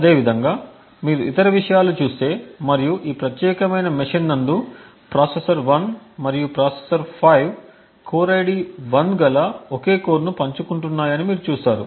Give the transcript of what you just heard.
అదేవిధంగా మీరు ఇతర విషయాలు చూస్తే మరియు ఈ ప్రత్యేకమైన మెషీన్ నందు ప్రాసెసర్ 1 మరియు ప్రాసెసర్ 5 కోర్ ID 1 గల ఒకే కోర్ని పంచుకుంటున్నాయని మీరు చూస్తారు